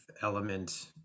element